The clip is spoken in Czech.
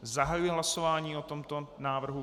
Zahajuji hlasování o tomto návrhu.